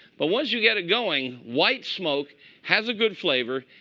but once you get it going, white smoke has a good flavor.